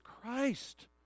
Christ